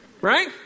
right